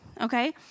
Okay